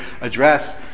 address